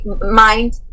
mind